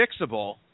fixable